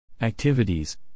Activities